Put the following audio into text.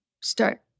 Start